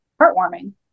heartwarming